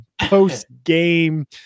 post-game